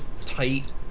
tight